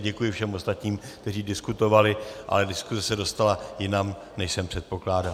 Děkuji všem ostatním, kteří diskutovali, ale diskuse se dostala jinam, než jsem předpokládal.